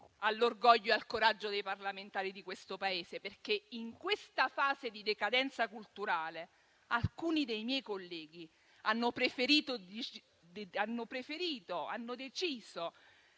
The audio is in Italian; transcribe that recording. all'orgoglio e al coraggio dei parlamentari di questo Paese, perché, in questa fase di decadenza culturale, alcuni dei miei colleghi hanno preferito regalare i